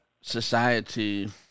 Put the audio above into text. society